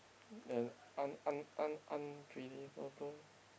then un~ un~ un~ unbelievable